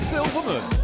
Silverman